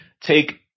take